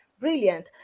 brilliant